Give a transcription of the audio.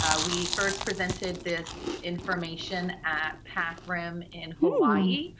ah we first presented this information at pac rim in hawaii,